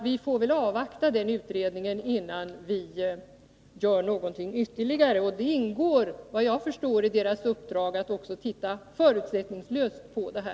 Vi får väl avvakta den utredningen, innan vi gör något ytterligare. Det ingår i utredningens uppdrag att förutsättningslöst granska detta.